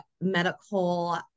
medical